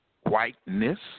whiteness